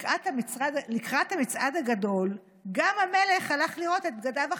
לקראת המצעד הגדול גם המלך הלך לראות את בגדיו החדשים,